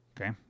Okay